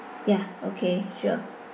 ya okay sure